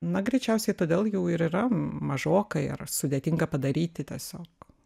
na greičiausiai todėl jau ir yra mažokai ar sudėtinga padaryti tiesiog